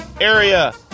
Area